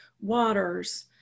waters